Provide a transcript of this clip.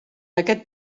aquest